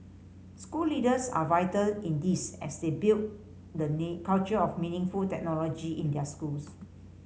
school leaders are vital in this as they build the culture of meaningful technology in their schools